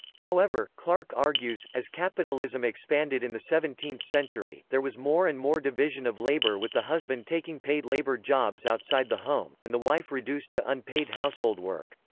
however, clark argues, as capitalism expanded in the seventeenth century, there was more and more division of labor with the husband taking paid labor jobs outside the home, and the wife reduced to unpaid household work.